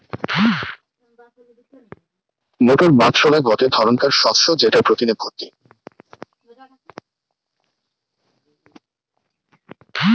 motor বা ছোলা গটে ধরণকার শস্য যেটা প্রটিনে ভর্তি